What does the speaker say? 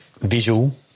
visual